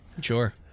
Sure